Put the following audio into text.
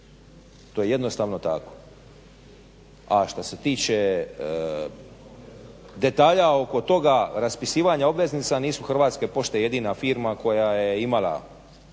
To je jednostavno tako. A što se tiče detalja oko toga raspisivanja obveznica, nisu Hrvatske pošte jedina firma koja je imala